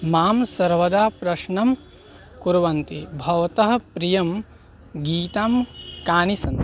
मां सर्वदा प्रश्नं कुर्वन्ति भवतः प्रियं गीतं कानि सन्ति